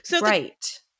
Right